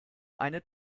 eine